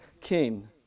King